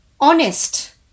honest